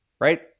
Right